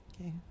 Okay